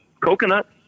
coconut